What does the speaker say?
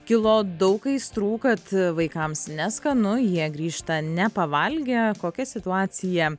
kilo daug aistrų kad vaikams neskanu jie grįžta nepavalgę kokia situacija